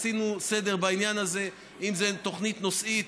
עשינו סדר בעניין הזה, אם זה תוכנית נושאית.